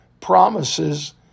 promises